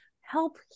help